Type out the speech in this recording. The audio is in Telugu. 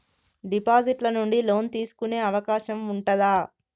డిపాజిట్ ల నుండి లోన్ తీసుకునే అవకాశం ఉంటదా?